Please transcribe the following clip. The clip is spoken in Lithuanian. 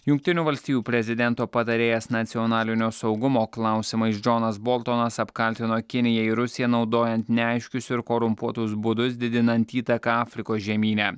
jungtinių valstijų prezidento patarėjas nacionalinio saugumo klausimais džonas boltonas apkaltino kiniją ir rusiją naudojant neaiškius ir korumpuotus būdus didinant įtaką afrikos žemyne